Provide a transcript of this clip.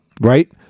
right